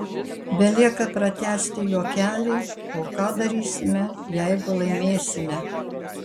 belieka pratęsti juokelį o ką darysime jeigu laimėsime